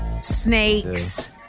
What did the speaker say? snakes